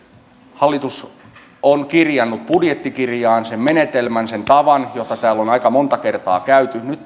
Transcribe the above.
hallitus on kirjannut budjettikirjaan sen menetelmän sen tavan joka täällä on aika montaa kertaa käyty nyt